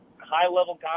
high-level